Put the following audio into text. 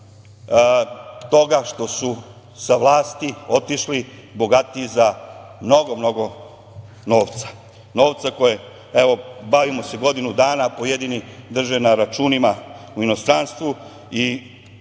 toga što su sa vlasti otišli bogatiji za mnogo novca? Novca koji, evo bavimo se godinu dana, pojedini drže na računima u inostranstvu i